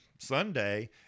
Sunday